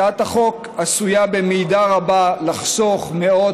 הצעת החוק עשויה במידה רבה לחסוך מאות